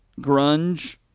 grunge